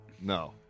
No